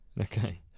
okay